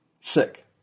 sick